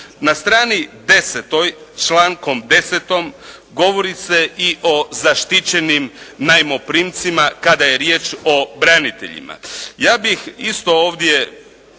Na strani 10. člankom 10. govori se i o zaštićenim najmoprimcima kada je riječ o braniteljima. Ja bih isto ovdje